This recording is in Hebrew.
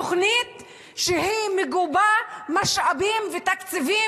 תוכנית שהיא מגובה במשאבים ובתקציבים.